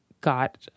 got